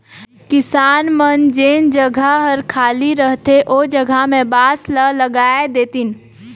किसान मन जेन जघा हर खाली रहथे ओ जघा में बांस ल लगाय देतिन